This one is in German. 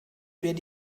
werde